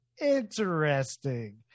interesting